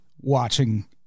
watching